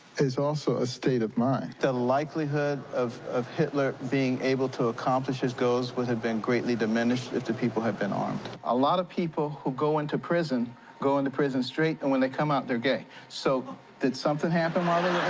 is also a state of mind. the likelihood of of hitler being able to accomplish his goals would have been greatly diminished if the people had been armed. a lot of people who go into prison go into prison straight, and when they come out, they're gay. so did something happen while